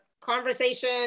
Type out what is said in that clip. conversation